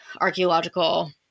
archaeological